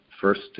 first